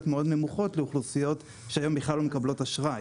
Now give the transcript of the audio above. מאוד נמוכות לאוכלוסיות שהיום בכלל לא מקבלות אשראי.